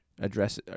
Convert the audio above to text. address